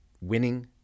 winning